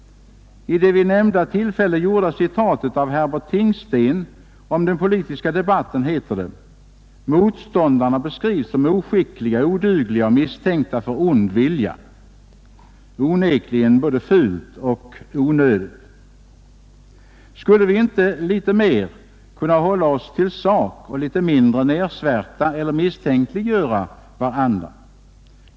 I det vid nämnda tillfälle anförda citatet av Herbert Tingsten om den politiska debatten heter det, att motståndarna i denna beskrivs som ”oskickliga, odugliga och misstänkta för ond vilja” — onekligen både fult och onödigt. Skulle vi inte litet mer kunna hålla oss till sak och litet mindre nedsvärta eller misstänkliggöra varandra?